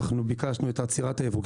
אנחנו ביקשנו את עצירת הייבוא.